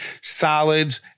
Solids